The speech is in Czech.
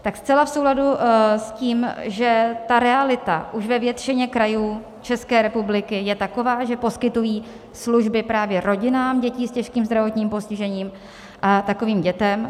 Tak je to zcela v souladu s tím, že ta realita už ve většině krajů České republiky je taková, že poskytují služby právě rodinám dětí s těžkým zdravotním postižením a takovým dětem.